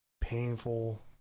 painful